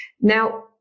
Now